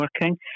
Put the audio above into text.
working